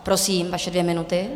Prosím, vaše dvě minuty.